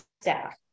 staff